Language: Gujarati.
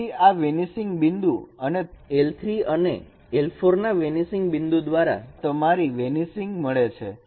તેથી આ વેનિસિંગ બિંદુ અને l3 અને l4 ના વેનિસિંગ બિંદુ દ્વારા તમારી વેનિસિંગ મળે છે